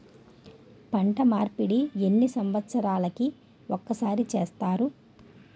పంట మార్పిడి ఎన్ని సంవత్సరాలకి ఒక్కసారి చేస్తారు?